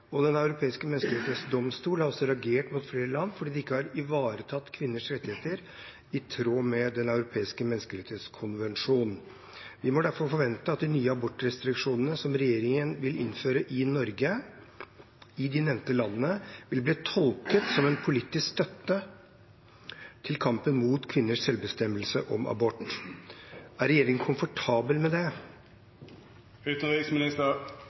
Den europeiske menneskerettighetsdomstol har reagert mot flere land fordi de ikke har ivaretatt kvinners rettigheter i tråd med Den europeiske menneskerettskonvensjon. Vi må derfor forvente at de nye abortrestriksjonene regjeringen vil innføre i Norge, i de nevnte landene vil bli tolket som en politisk støtte til kampen mot kvinners selvbestemmelse om abort. Er regjeringen komfortabel med